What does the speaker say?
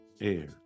air